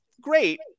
great